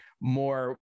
more